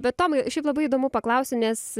bet tomai šiaip labai įdomu paklausti nes